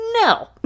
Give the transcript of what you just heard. No